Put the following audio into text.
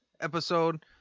episode